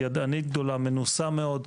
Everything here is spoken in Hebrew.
ידענית גדולה, מנוסה מאוד.